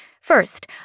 First